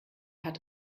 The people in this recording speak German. hat